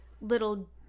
little